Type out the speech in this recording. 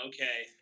Okay